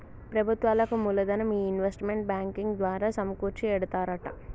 ప్రభుత్వాలకు మూలదనం ఈ ఇన్వెస్ట్మెంట్ బ్యాంకింగ్ ద్వారా సమకూర్చి ఎడతారట